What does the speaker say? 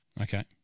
Okay